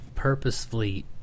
Purposefully